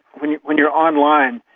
when you're when you're online,